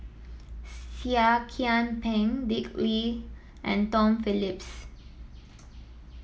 Seah Kian Peng Dick Lee and Tom Phillips